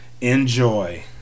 Enjoy